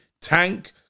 Tank